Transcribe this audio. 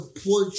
poor